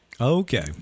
Okay